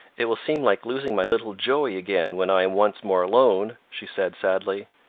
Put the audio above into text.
it will seem like losing my little joey again, when i am once more alone, she said sadly.